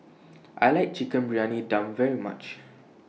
I like Chicken Briyani Dum very much